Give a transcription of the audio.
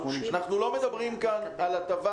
אנחנו לא מדברים כאן על הטבה